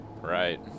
right